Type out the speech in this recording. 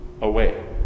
away